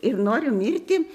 ir noriu mirti